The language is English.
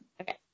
Okay